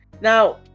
Now